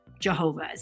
Jehovah's